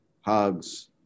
hugs